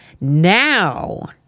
now